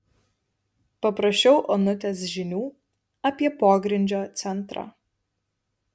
paprašiau onutės žinių apie pogrindžio centrą